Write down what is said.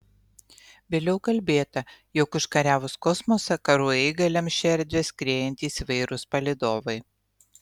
vėliau kalbėta jog užkariavus kosmosą karų eigą lems šia erdve skriejantys įvairūs palydovai